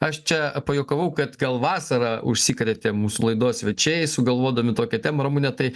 aš čia pajuokavau kad gal vasara užsikrėtė mūsų laidos svečiai sugalvodami tokią temą ramune tai